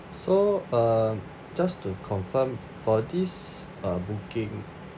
so um just to confirm for this uh booking